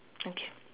okay